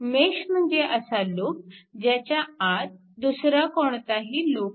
mesh म्हणजे असा loop ज्याच्या आत दुसरा कोणताही लूप नाही